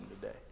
today